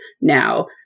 now